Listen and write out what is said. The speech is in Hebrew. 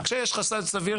כשיש חשד סביר,